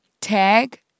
Tag